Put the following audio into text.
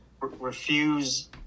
refuse